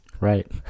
Right